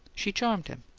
she charmed him.